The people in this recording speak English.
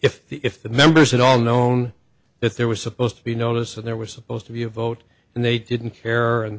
if the if the members had all known that there was supposed to be notice and there was supposed to be a vote and they didn't care and